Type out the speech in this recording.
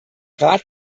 rat